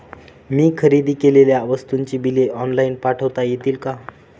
मी खरेदी केलेल्या वस्तूंची बिले ऑनलाइन पाठवता येतील का?